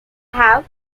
have